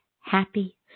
Happy